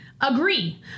Agree